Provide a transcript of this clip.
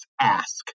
ask